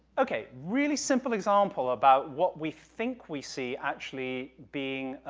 okay, really simple example about what we think we see actually being,